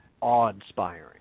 awe-inspiring